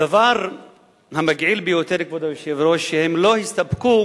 הדבר המגעיל ביותר, כבוד היושב-ראש, שהם לא הסתפקו